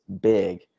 big